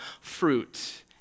fruit